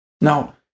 Now